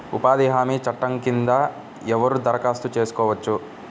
ఉపాధి హామీ చట్టం కింద ఎవరు దరఖాస్తు చేసుకోవచ్చు?